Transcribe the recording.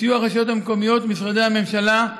בסיוע הרשויות המקומיות ומשרדי הממשלה,